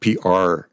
PR